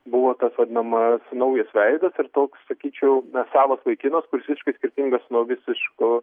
buvo tas vadinamas naujas veidas ir toks sakyčiau na savas vaikinas kuris visiškai skirtingas nuo visiško